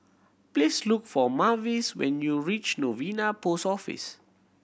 please look for Mavis when you reach Novena Post Office